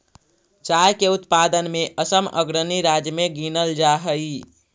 चाय के उत्पादन में असम अग्रणी राज्य में गिनल जा हई